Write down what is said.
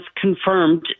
confirmed